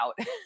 out